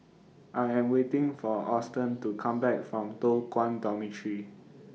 I Am waiting For Austen to Come Back from Toh Guan Dormitory